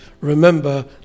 remember